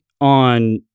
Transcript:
on